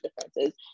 differences